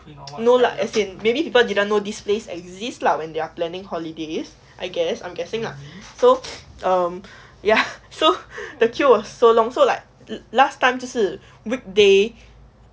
no lah as in maybe people didn't know this place exist lah when they are planning holidays I guess I'm guessing lah so um ya so the queue so long so like last time to 就是 weekday